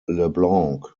leblanc